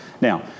Now